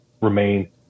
remain